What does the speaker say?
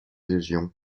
régions